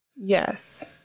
Yes